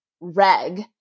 Reg